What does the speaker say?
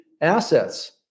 assets